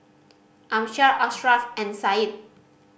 Amsyar Ashraff and Said